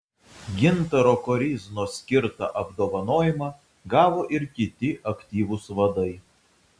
gintaro koryznos skirtą apdovanojimą gavo ir kiti aktyvūs vadai